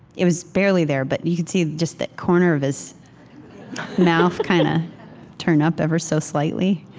it was barely there, but you could see just that corner of his mouth kind of turn up ever so slightly